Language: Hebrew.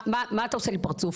מה אתה עושה לי פרצוף?